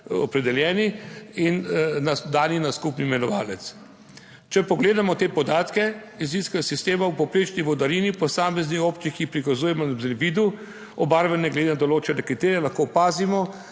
opredeljeni in dani na skupni imenovalec. Če pogledamo te podatke / nerazumljivo/ sistema v povprečni vodarini posamezni občini, ki prikazujemo na zemljevidu obarvane glede na določene kriterije, lahko opazimo